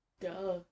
Duh